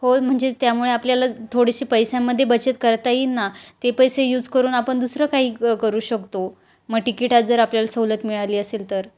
हो म्हणजे त्यामुळे आपल्याला थोडेशी पैशामध्ये बचत करता येईन ना ते पैसे यूज करून आपण दुसरं काही ग करू शकतो मग टिकीटात जर आपल्याला सवलत मिळाली असेल तर